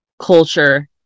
culture